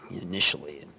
initially